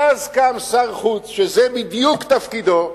ואז קם שר חוץ, שזה בדיוק תפקידו,